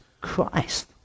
Christ